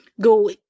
go